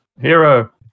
Hero